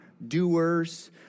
Doers